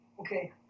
okay